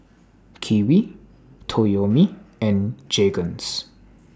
Kiwi Toyomi and Jergens